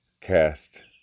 cast